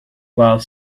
while